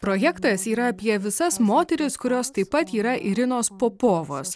projektas yra apie visas moteris kurios taip pat yra irinos popovos